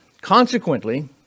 Consequently